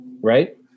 right